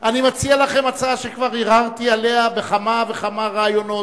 הצעה שכבר הרהרתי עליה בכמה וכמה ראיונות,